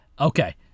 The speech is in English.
Okay